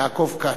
יעקב כץ.